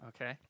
Okay